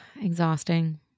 Exhausting